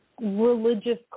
religious